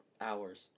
Hours